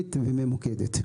אפקטיבית וממוקדת.